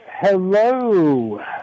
Hello